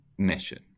mission